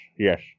Yes